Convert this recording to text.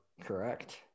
Correct